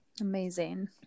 Amazing